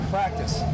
Practice